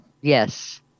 yes